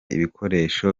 ibikoresho